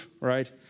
right